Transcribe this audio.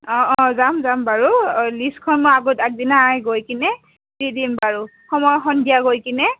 অঁ অঁ যাম যাম বাৰু লিষ্টখন মই আগত আগদিনা গৈ কিনে দি দিম বাৰু সময় সন্ধিয়া গৈ কিনে